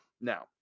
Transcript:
Now